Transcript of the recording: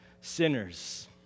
sinners